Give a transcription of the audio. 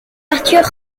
arthur